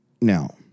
Now